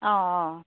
অঁ অঁ